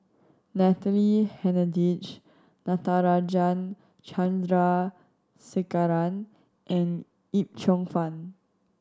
Natalie Hennedige Natarajan Chandrasekaran and Yip Cheong Fun